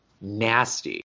Nasty